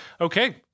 Okay